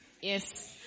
Yes